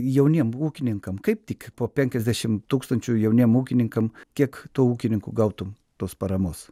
jauniem ūkininkam kaip tik po penkiasdešimt tūkstančių jauniem ūkininkam kiek tų ūkininkų gautų tos paramos